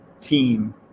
team